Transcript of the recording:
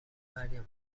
گفتمریم